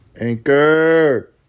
Anchor